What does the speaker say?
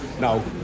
no